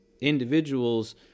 individuals